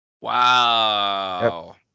Wow